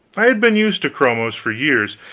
i had been used to chromos for years,